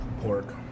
Pork